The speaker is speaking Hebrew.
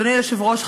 אדוני היושב-ראש,